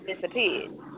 disappeared